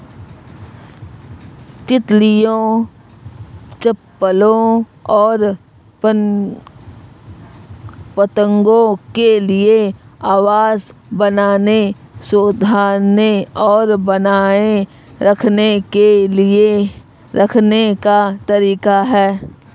तितलियों, चप्पलों और पतंगों के लिए आवास बनाने, सुधारने और बनाए रखने का तरीका है